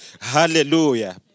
Hallelujah